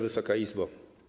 Wysoka Izbo!